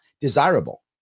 desirable